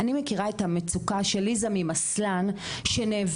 אני מכירה את המצוקה של ליזה ממסלן שנאבקת